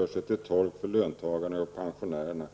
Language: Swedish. man sig till tolk för löntagarna och pensionärerna.